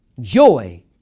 joy